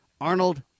Arnold